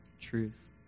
truth